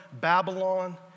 Babylon